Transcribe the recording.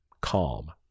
calm